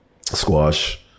squash